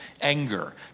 anger